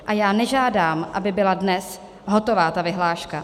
A já nežádám, aby byla dnes hotová ta vyhláška.